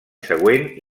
següent